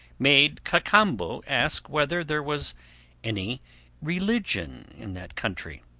made cacambo ask whether there was any religion in that country.